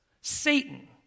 Satan